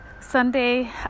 Sunday